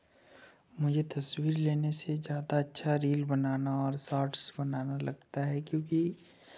मुझे तस्वीर लेने से ज़्यादा अच्छा रील बनाना और शॉर्ट्स बनाना लगता है क्योंकि